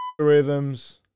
Algorithms